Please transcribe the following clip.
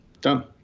Done